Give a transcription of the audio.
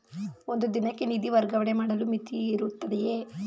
ಒಂದು ದಿನಕ್ಕೆ ನಿಧಿ ವರ್ಗಾವಣೆ ಮಾಡಲು ಮಿತಿಯಿರುತ್ತದೆಯೇ?